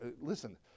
Listen